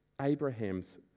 Abraham's